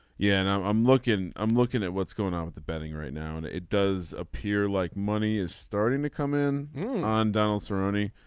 yeah and i'm i'm looking i'm looking at what's going on with the betting right now and it does appear like money is starting to come in on donaldson money.